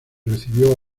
recibiendo